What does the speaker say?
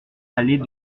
allée